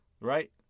right